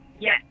Yes